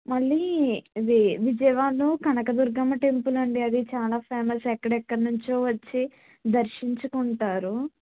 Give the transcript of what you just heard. మళ్ళీ వి విజయవాడలో కనకదుర్గమ్మ టెంపుల్ అండి అది చాలా ఫేమస్ ఎక్కడెక్కడినించో వచ్చి దర్శించుకుంటారు